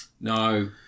No